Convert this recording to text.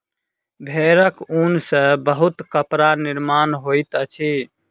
भेड़क ऊन सॅ बहुत कपड़ा निर्माण होइत अछि